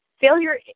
failure